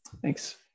Thanks